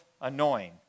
annoying